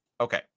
okay